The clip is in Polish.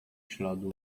śladu